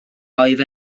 oedd